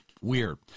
Weird